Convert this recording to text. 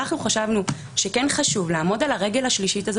אנחנו חשבנו שכן חשוב לעמוד על הרגל השלישית הזאת